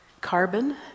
carbon